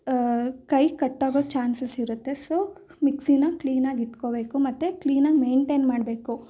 ಕೈ ಕಟ್ಟಾಗೊ ಚಾನ್ಸಸ್ ಇರುತ್ತೆ ಸೊ ಮಿಕ್ಸಿನ ಕ್ಲೀನಾಗಿ ಇಟ್ಕೊಳ್ಬೇಕು ಮತ್ತೆ ಕ್ಲೀನಾಗಿ ಮೈಂಟೇನ್ ಮಾಡಬೇಕು